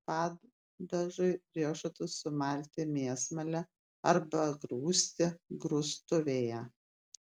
padažui riešutus sumalti mėsmale arba sugrūsti grūstuvėje